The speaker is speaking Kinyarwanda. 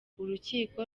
urukiko